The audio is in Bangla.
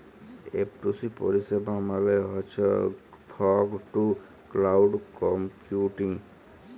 এফটুসি পরিষেবা মালে হছ ফগ টু ক্লাউড কম্পিউটিং